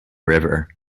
river